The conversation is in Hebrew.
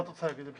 מה אתה רוצה להגיד?